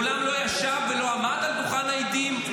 מעולם לא ישב ולא עמד על דוכן העדים.